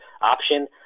option